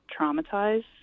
traumatize